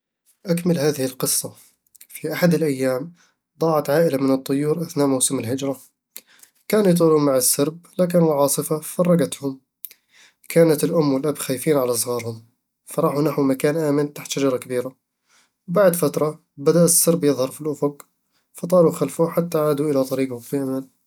أكمل هذه القصة: في أحد الأيام، ضاعت عائلة من الطيور في أثناء موسم الهجرة كانوا يطيرون مع السرب، لكن العاصفة فرقّتهم كانت الأم والأب خايفين على صغارهم، فراحو نحو مكان آمن تحت شجرة كبيرة وبعد فترة، بدأ السرب يظهر في الأفق، فطاروا خلفه حتى عادوا الى طريقهم بأمان